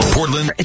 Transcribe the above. Portland